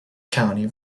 county